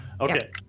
Okay